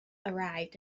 arrived